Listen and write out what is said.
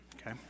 okay